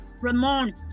Ramon